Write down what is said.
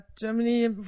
Germany